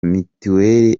mitiweri